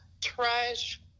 trash